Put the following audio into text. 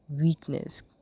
weakness